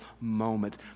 moment